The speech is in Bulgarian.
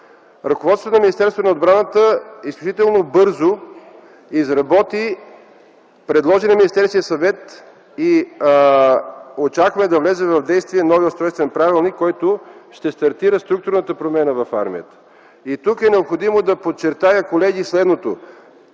ръководството на Министерството на отбраната изключително бързо изработи, предложи на Министерския съвет и се очаква да влезе в действие новият устройствен правилник, който ще стартира структурната промяна в армията. Тук е необходимо да подчертая следното.